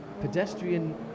pedestrian